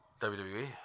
WWE